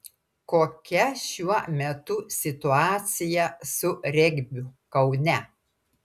kokia šiuo metu situacija su regbiu kaune